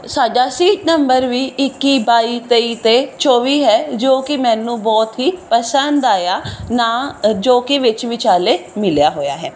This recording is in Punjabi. ਸਾਡਾ ਸੀਟ ਨੰਬਰ ਵੀ ਇੱਕੀ ਬਾਈ ਤੇਈ ਅਤੇ ਚੌਵੀ ਹੈ ਜੋ ਕਿ ਮੈਨੂੰ ਬਹੁਤ ਹੀ ਪਸੰਦ ਆਇਆ ਨਾ ਜੋ ਕਿ ਵਿੱਚ ਵਿਚਾਲੇ ਮਿਲਿਆ ਹੋਇਆ ਹੈ